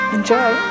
Enjoy